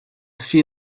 fut